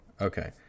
okay